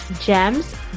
GEMS